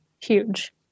huge